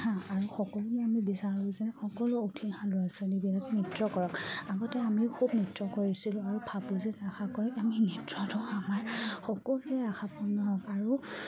হাঁ আৰু সকলোৱে আমি বিচাৰোঁ যে সকলো উঠি হাঁহ ল'ৰা ছোৱালীবিলাকে নৃত্য কৰক আগতে আমিও খুব নৃত্য কৰিছিলোঁ আৰু ফাপুজিত আশা কৰি আমি নৃত্যটো আমাৰ সকলোৰে আশা পূৰ্ণ হওক আৰু